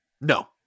No